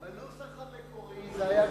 בנוסח המקורי זה היה כפי,